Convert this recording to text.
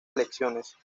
elecciones